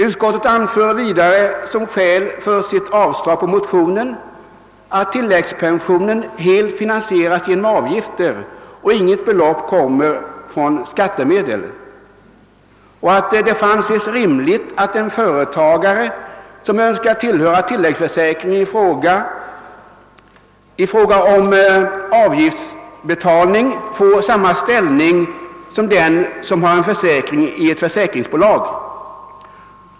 Utskottet anför vidare som skäl för sitt avslag på motionen att tilläggspensionen helt finansieras genom avgifter och att inget belopp kommer från skattemedel samt att det får anses rimligt att en företagare, som önskar tillhöra tilläggsförsäkringen, i fråga om avgiftsbetalning får samma ställning som den som har en försäkring i ett försäkringsbolag.